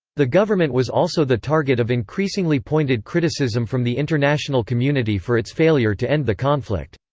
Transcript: the government was also the target of increasingly pointed criticism from the international community for its failure to end the conflict.